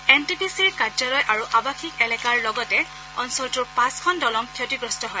N T P চিৰ কাৰ্যালয় আৰু আৱাসীক এলেকাৰ লগতে অঞ্চলটোৰ পাঁচখন দলং ক্ষতিগ্ৰস্ত হয়